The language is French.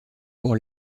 pour